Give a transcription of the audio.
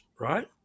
right